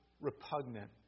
repugnant